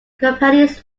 companies